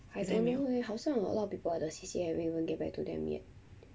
I don't know eh 好像 a lot of people at the C_C_A haven't even get back to them yet